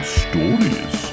stories